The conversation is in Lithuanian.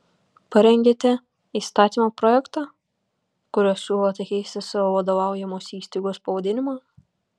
parengėte įstatymo projektą kuriuo siūlote keisti savo vadovaujamos įstaigos pavadinimą